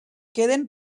queden